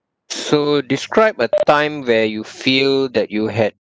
so describe a time where you feel that you had